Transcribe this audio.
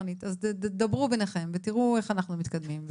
דברו ביניכם ותראו איך אנחנו מתקדמים,